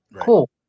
Cool